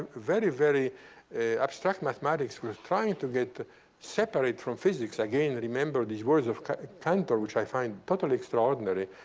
very very abstract mathematics, was trying to get separate from physics. again, remember these words of cantor, which i find totally extraordinary,